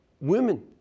women